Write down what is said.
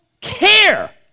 care